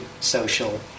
social